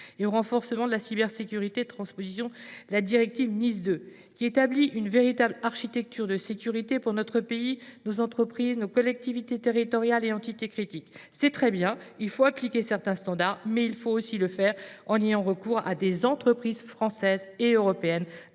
et au renforcement de la cybersécurité, transposition de la directive NIS 2, qui établit une véritable architecture de sécurité pour notre pays, nos entreprises, nos collectivités territoriales et entités critiques. C’est très bien d’appliquer certains standards, encore faut il le faire en ayant recours à des entreprises françaises et européennes